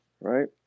Right